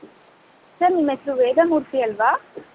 sir ನಿಮ್ಮ ಹೆಸರು ವೇದಮೂರ್ತಿ ಅಲ್ವಾ